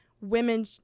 women